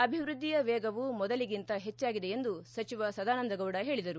ಅಭಿವೃದ್ದಿಯ ವೇಗವು ಮೊದಲಿಗಿಂತ ಹೆಚ್ಚಾಗಿದೆ ಎಂದು ಸಚಿವ ಸದಾನಂದ ಗೌಡ ಹೇಳಿದರು